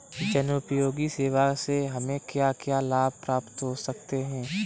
जनोपयोगी सेवा से हमें क्या क्या लाभ प्राप्त हो सकते हैं?